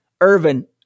Irvin